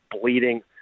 bleeding